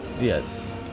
Yes